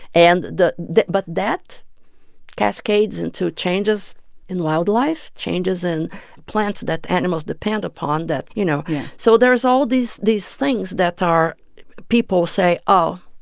and the but that cascades into changes in wildlife, changes in plants that animals depend upon that you know yeah so there's all these these things that are people say, oh,